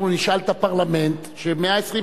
אנחנו נשאל את הפרלמנט ש-120,